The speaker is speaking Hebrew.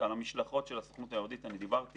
על המשלחות של הסוכנות היהודית דיברתי